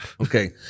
Okay